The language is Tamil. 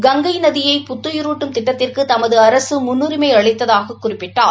கங்கை நதியை புத்துயிரூட்டும் திட்டத்திற்கு தமது அரக முன்னுரிமை அளித்ததாகக் குறிப்பிட்டார்